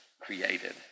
created